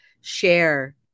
share